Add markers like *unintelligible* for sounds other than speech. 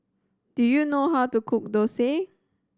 do you know how to cook *unintelligible*